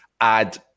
add